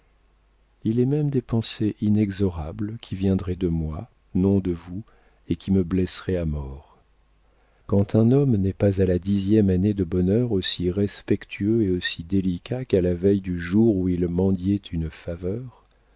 il est même des pensées inexorables qui viendraient de moi non de vous et qui me blesseraient à mort quand un homme n'est pas à la dixième année de bonheur aussi respectueux et aussi délicat qu'à la veille du jour où il mendiait une faveur